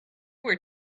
were